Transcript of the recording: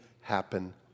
happen